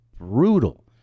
brutal